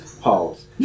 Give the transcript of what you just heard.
pause